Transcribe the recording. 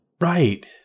right